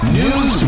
news